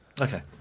Okay